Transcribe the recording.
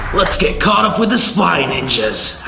let's get caught up with the spy ninjas.